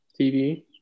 TV